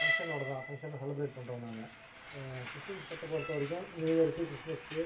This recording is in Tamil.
ஃபங்க்ஷனோடய தான் ஃபங்க்ஷன் செலிப்ரேட் பண்ணுறோம் நாங்கள் கிறிஸ்டின்ஸ் மதத்தை பொறுத்த வரைக்கும் நியூயர்க்கு கிறிஸ்மஸ்க்கு